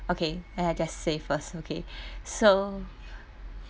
okay then I just say first okay so